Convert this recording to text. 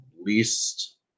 least